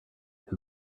who